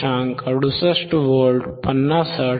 68V 50 hertz आहे